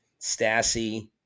Stassi